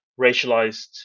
racialized